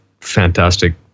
fantastic